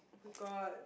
I forgot